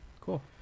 Cool